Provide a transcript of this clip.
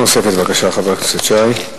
בגלל ההתנגדות של המועצה